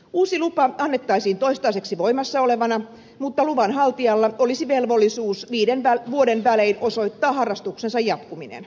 uusi lupa annettaisiin toistaiseksi voimassa olevana mutta luvanhaltijalla olisi velvollisuus viiden vuoden välein osoittaa harrastuksensa jatkuminen